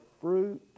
fruit